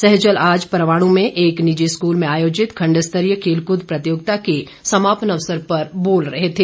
सैजल आज परवाणु में एक निजी स्कूल में आयोजित खंड स्तरीय खेलकूद प्रतियोगिता के समापन अवसर पर बोल रहे थे